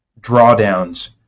drawdowns